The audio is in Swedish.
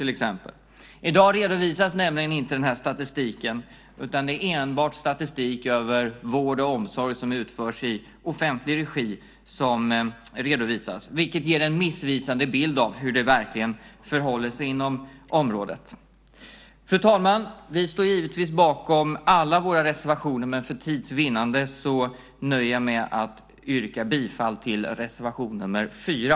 I dag redovisas nämligen inte den här statistiken, utan det är enbart statistik över vård och omsorg som utförs i offentlig regi som redovisas. Det ger en missvisande bild av hur det verkligen förhåller sig inom området. Fru talman! Vi står givetvis bakom alla våra reservationer men för tids vinnande nöjer jag mig med att yrka bifall till reservation nr 4.